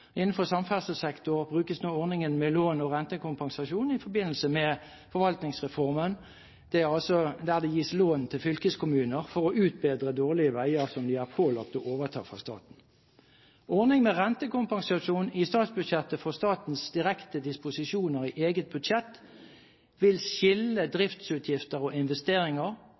Innenfor samferdselssektoren brukes nå ordningen med lån og rentekompensasjon i forbindelse med forvaltningsreformen – det gis lån til fylkeskommuner for å utbedre dårlige veier som de er pålagt å overta fra staten. Ordningen med rentekompensasjon i statsbudsjettet for statens direkte disposisjoner i eget budsjett vil skille driftsutgifter og investeringer